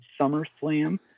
SummerSlam